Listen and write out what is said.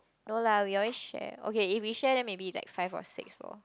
no lah we always share okay if we share maybe like five or six lor